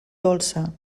dolça